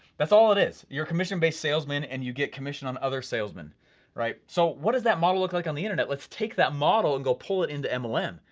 that's all it is, you're a commission-based salesman and you get commission on other salesmen, all right? so, what does that model look like on the internet? let's take that model and go pull it into mlm.